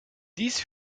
dies